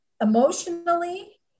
emotionally